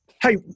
Hey